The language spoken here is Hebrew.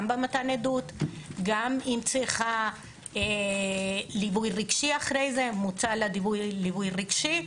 גם במתן עדות; גם אם צריכה ליווי רגשי אחרי זה מוצע לה ליווי רגשי.